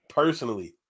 personally